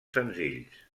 senzills